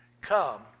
Come